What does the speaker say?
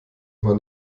war